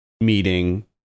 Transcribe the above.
meeting